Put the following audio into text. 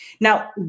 Now